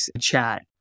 chat